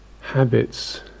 habits